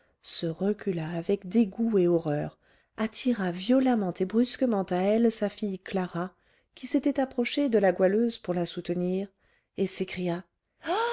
se recula avec dégoût et horreur attira violemment et brusquement à elle sa fille clara qui s'était approchée de la goualeuse pour la soutenir et s'écria